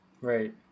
Right